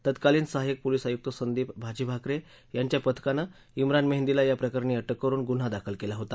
तत्कालीन सहायक पोलिस आयुक्त संदीप भाजीभाकरे यांच्या पथकानं िन मेहंदीला या प्रकरणी अटक करुन गुन्हा दाखल केला होता